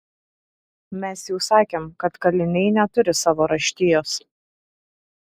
mes jau sakėm kad kaliniai neturi savo raštijos